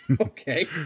Okay